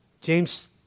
James